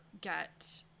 get